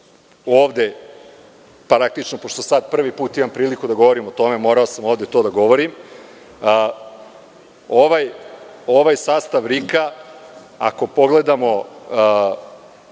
ovoj temi. Pošto sada prvi put imam priliku da govorim o tome, morao sam ovde to da govorim. Ovaj sastav RIK, ako pogledamo